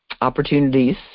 opportunities